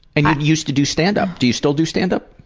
and you used to do standup. do you still do standup?